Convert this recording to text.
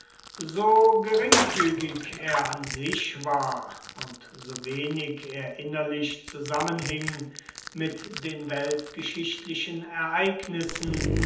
so geringfügig er an sich war und so wenig er innerlich zusammenhing mit den weltgeschichtlichen ereignissen